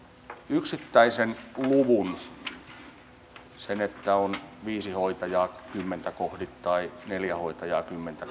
yksittäisen luvun sen että on viisi hoitajaa kymmentä kohti tai neljä hoitajaa kymmentä